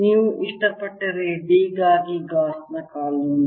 ನೀವು ಇಷ್ಟಪಟ್ಟರೆ D ಗಾಗಿ ಗಾಸ್ ಕಾನೂನು